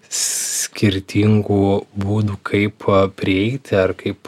skirtingų būdų kaip prieiti ar kaip